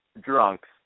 drunks